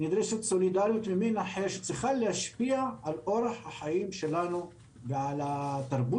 נדרשת סולידריות שצריכה להשפיע על אורח החיים שלנו ועל התרבות